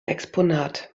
exponat